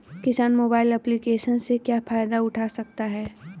किसान mobile application से क्या फायदा उठा सकता है?